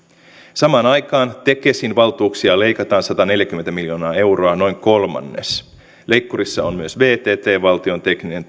samaan aikaan tekesin valtuuksia leikataan sataneljäkymmentä miljoonaa euroa noin kolmannes leikkurissa on myös vtt valtion teknillinen